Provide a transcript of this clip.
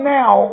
now